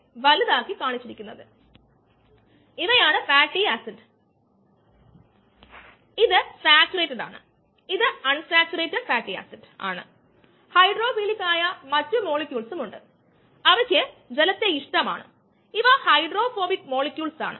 ശരി അതിനാൽ ഇതാണ് നമുക്ക് ലഭിച്ചത് v equals vm S K m S ആണ് ഇവിടെ vm equals k 3 E total അല്ലെകിൽ Et അതിന്ടെ ഒപ്പം K m എന്നത് k 2 k 3 k 1 ആണ്